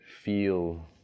feel